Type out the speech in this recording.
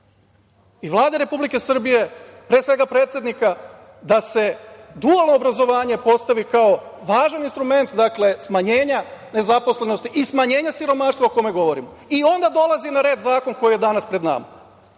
i Vlade Republike Srbije, pre svega predsednika, da se dualno obrazovanje postavi kao važan instrument smanjenja nezaposlenosti i smanjenja siromaštva o kome govorimo. Onda dolazi na red zakon koji je danas pred nama.